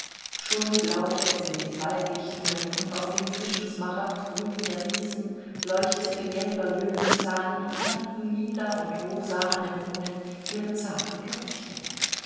schon blaute es in den waldlichtungen und auf dem frischen smaragdgrün der wiesen leuchtete gelber löwenzahn und neigten lila und rosa anemonen ihre zarten köpfchen